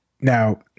now